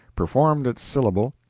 performed its syllable,